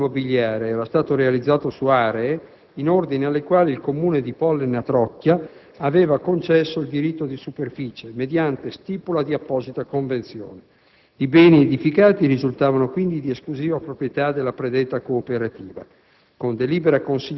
Tutto il patrimonio immobiliare era stato realizzato su aree in ordine alle quali il Comune di Pollena Trocchia aveva concesso il diritto di superficie, mediante stipula di apposita convenzione. I beni edificati risultavano, quindi, di esclusiva proprietà della predetta cooperativa.